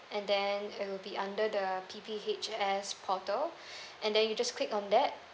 and then it will be under the P_P_S_H portal and then you just click on that